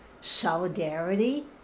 solidarity